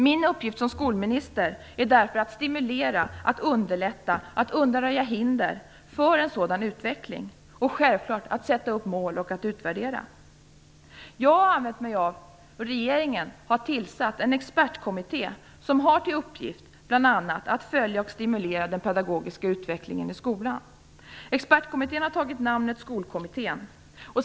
Min uppgift som skolminister är därför att stimulera, att underlätta, att undanröja hinder för en sådan utveckling, och självklart att sätta upp mål och att utvärdera. Jag har använt mig av och regeringen har tillsatt en expertkommitté som bl.a. har till uppgift att följa och stimulera den pedagogiska utvecklingen i skolan. Expertkommittén har tagit namnet Skolkommittén.